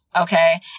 okay